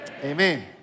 Amen